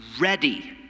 ready